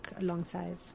alongside